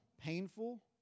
painful